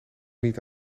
niet